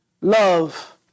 love